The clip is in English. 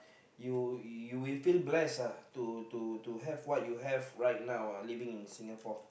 you you will feel bless lah to to to have what you have right now uh living in Singapore